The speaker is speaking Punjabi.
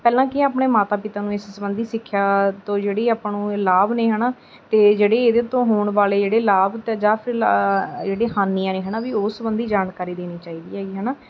ਪਹਿਲਾਂ ਕੀ ਆਪਣੇ ਮਾਤਾ ਪਿਤਾ ਨੂੰ ਇਸ ਸੰਬੰਧੀ ਸਿੱਖਿਆ ਤੋਂ ਜਿਹੜੀ ਆਪਾਂ ਨੂੰ ਲਾਭ ਨੇ ਹੈ ਨਾ ਅਤੇ ਜਿਹੜੇ ਇਹਦੇ ਤੋਂ ਹੋਣ ਵਾਲੇ ਜਿਹੜੇ ਲਾਭ ਅਤੇ ਜਾਂ ਫਿਰ ਲਾ ਜਿਹੜੇ ਹਾਨੀਆਂ ਨੇ ਹੈ ਨਾ ਵੀ ਉਸ ਸੰਬੰਧੀ ਜਾਣਕਾਰੀ ਦੇਣੀ ਚਾਹੀਦੀ ਹੈਗੀ ਹੈ ਨਾ